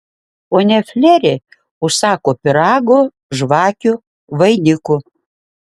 ponia fleri užsako pyragų žvakių vainikų